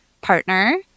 partner